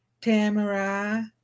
Tamara